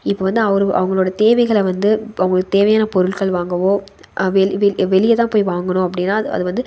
இப்போது வந்து அவர் அவங்களோட தேவைகளை வந்து இப்போது அவங்களுக்கு தேவையான பொருட்கள் வாங்கவோ வெள் வெள் வெளியே தான் போய் வாங்கணும் அப்படினா அது வந்து